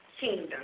kingdom